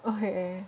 okay